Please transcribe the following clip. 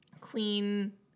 Queen